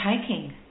taking